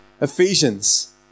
Ephesians